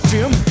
Jim